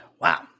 Wow